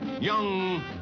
Young